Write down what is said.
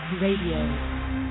Radio